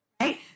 right